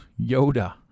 Yoda